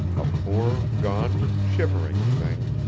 a poor gaunt, shivering thing,